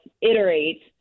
iterate